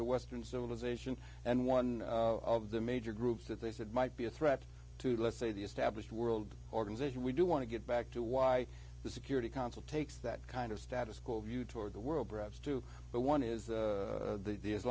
a western civilization and one of the major groups that they said might be a threat to let's say the established world organization we do want to get back to why the security council takes that kind of status quo view toward the world perhaps to the one is